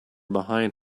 behind